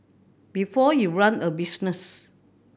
before you run a business